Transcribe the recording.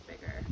bigger